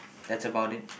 that's about it